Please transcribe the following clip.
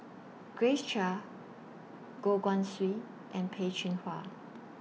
Grace Chia Goh Guan Siew and Peh Chin Hua